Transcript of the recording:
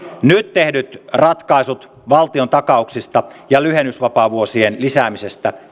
nyt tehdyt ratkaisut valtiontakauksista ja lyhennysvapaavuosien lisäämisestä